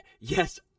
yes